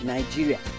Nigeria